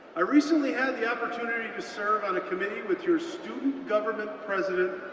i recently had the opportunity to serve on committee with your student government president,